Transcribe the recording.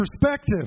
perspective